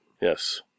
Yes